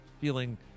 feeling